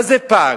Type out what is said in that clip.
מה זה פג?